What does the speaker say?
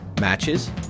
matches